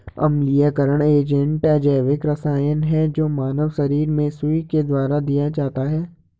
अम्लीयकरण एजेंट अजैविक रसायन है जो मानव शरीर में सुई के द्वारा दिया जाता है